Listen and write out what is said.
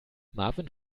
marvin